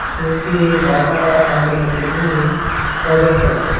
షూస్కి Bata company వచ్చేసి thousand ఉంటుంది